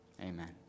amen